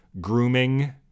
grooming